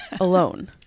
alone